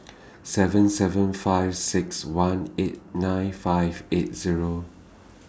seven seven five six one eight nine five eight Zero